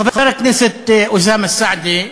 חבר הכנסת אוסאמה סעדי,